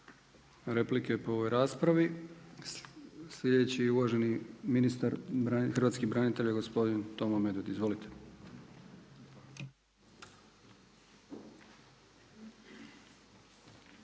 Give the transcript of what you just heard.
replike po ovoj raspravi. Sljedeći je uvaženi ministar hrvatskih branitelja gospodin Tomo Medved. Izvolite.